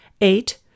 Eight